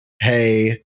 Hey